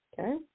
okay